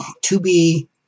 to-be